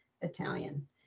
Italian